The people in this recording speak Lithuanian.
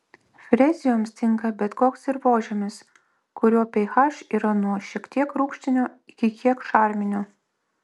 frezijoms tinka bet koks dirvožemis kurio ph yra nuo šiek tiek rūgštinio iki kiek šarminio